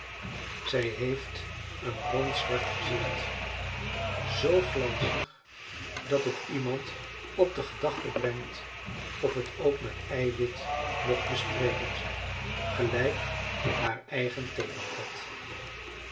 zij heeft een rond zwart gezicht zoo glanzig dat het iemand op de gedachte brengt of het ook met eiwit mocht bestreken zijn gelijk haar eigen